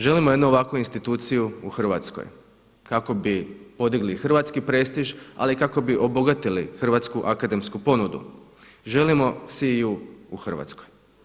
Želimo jednu ovakvu instituciju u Hrvatskoj kako bi podigli hrvatski prestiž ali kako bi obogatili Hrvatsku akademsku ponudu, želimo CEU u Hrvatskoj.